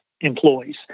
employees